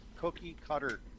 cookie-cutter